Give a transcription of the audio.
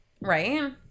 Right